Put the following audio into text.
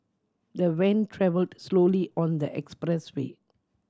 the van travelled slowly on the expressway